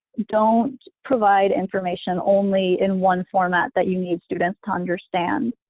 don't provide information only in one format that you need students to understand.